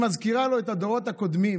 היא מזכירה לו את הדורות הקודמים.